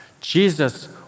Jesus